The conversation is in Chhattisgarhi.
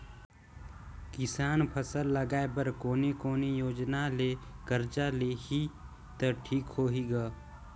किसान फसल लगाय बर कोने कोने योजना ले कर्जा लिही त ठीक होही ग?